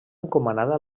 encomanada